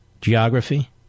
geography